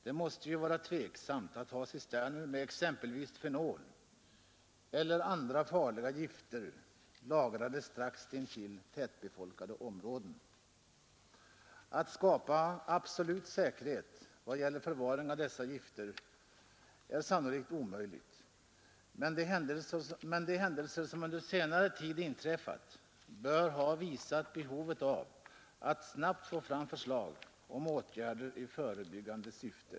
Det måste vara olämpligt att ha cisterner med fenol eller andra farliga gifter placerade strax intill tätbefolkade områden. Att skapa absolut säkerhet i vad gäller förvaring av dessa gifter är sannolikt omöjligt, men de händelser som under senare tid inträffat bör ha visat behovet av att snabbt få fram förslag om åtgärder i förebyggande syfte.